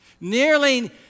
Nearly